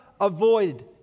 avoid